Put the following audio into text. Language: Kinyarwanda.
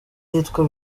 yitwa